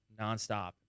nonstop